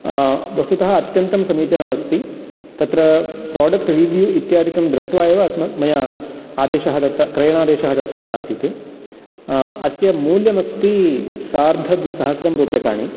वस्तुतः अत्यन्तं समीचीनम् अस्ति तत्र प्रोडक्ट् रिव्यू इत्यादिकं दृष्ट्वा एव अस्म मया आदेशः दत्त क्रयणादेशः दत्तः आसीत् अस्य मूल्यम् अस्ति सार्धद्विसहस्ररूप्यकाणि